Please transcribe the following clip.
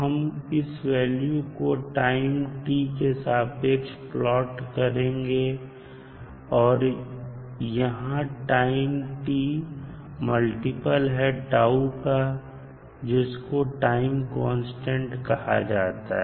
हम इस वैल्यू को टाइम t के सापेक्ष प्लाट करेंगे और यहां टाइम मल्टीपल है τ का जिसको टाइम कांस्टेंट कहा जाता है